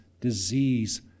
disease